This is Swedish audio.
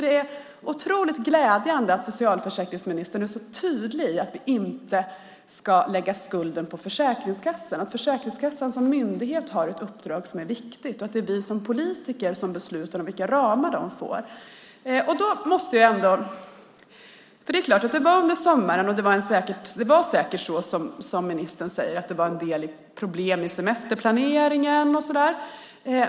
Det är glädjande att socialförsäkringsministern är så tydlig med att vi inte ska lägga skulden på Försäkringskassan, att Försäkringskassan som myndighet har ett uppdrag som är viktigt och att det är vi som politiker som beslutar om vilka ramar de får. Det här var under sommaren, och det var säkert som ministern säger en del problem i semesterplaneringen.